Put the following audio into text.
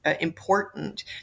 important